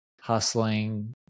hustling